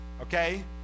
okay